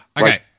Okay